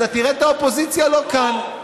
אתה תראה שהאופוזיציה לא כאן,